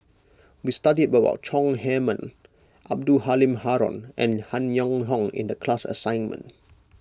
we studied about Chong Heman Abdul Halim Haron and Han Yong Hong in the class assignment